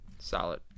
Solid